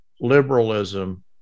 liberalism